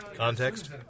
Context